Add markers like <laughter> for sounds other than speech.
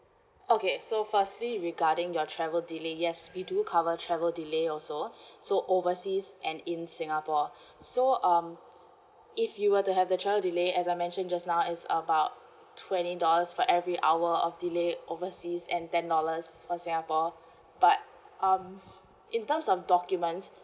okay so firstly regarding your travel delay yes we do cover travel delay also <breath> so overseas and in singapore <breath> so um if you were to have the travel delay as I mentioned just now it's about twenty dollars for every hour of delay overseas and ten dollars for singapore but um in terms of documents